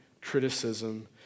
criticism